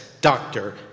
doctor